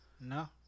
No